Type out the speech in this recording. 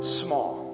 small